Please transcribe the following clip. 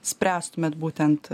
spręstumėt būtent